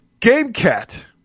GameCat